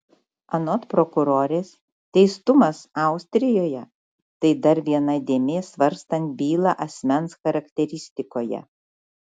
anot prokurorės teistumas austrijoje tai dar viena dėmė svarstant bylą asmens charakteristikoje